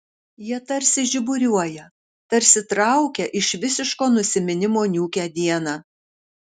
jie tarsi žiburiuoja tarsi traukia iš visiško nusiminimo niūkią dieną